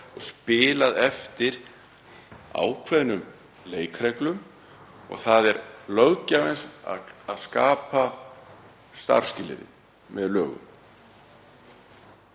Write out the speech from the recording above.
og spilað eftir ákveðnum leikreglum og það er löggjafans að skapa starfsskilyrði með lögum.